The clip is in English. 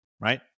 right